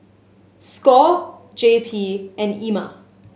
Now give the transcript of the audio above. score J P and Ema